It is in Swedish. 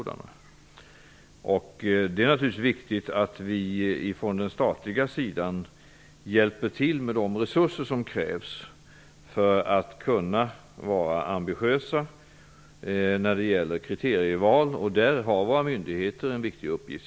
Det är naturligtvis viktigt att vi från den statliga sidan hjälper till med de resurser som krävs för att det skall gå att vara ambitiös när det gäller kriterieval. Där har våra myndigheter en viktig uppgift.